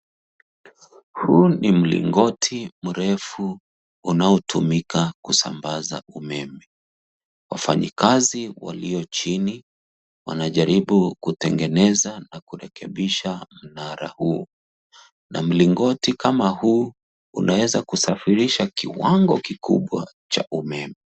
Huu ni mlingoti mrefu unotumika kusambaza umeme. Wafanyikazi walio chini wanajaribu kutengeneza na kurekebisha mnara huu na mlingoti kama huu unaweza kusafirisha kiwango kikubwa cha umeme.